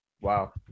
Wow